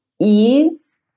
ease